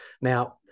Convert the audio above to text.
now